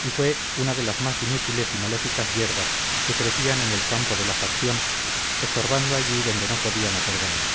y fue una de las más inútiles y maléficas yerbas que crecían en el campo de la facción estorbando allí donde no podían hacer daño